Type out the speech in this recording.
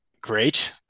great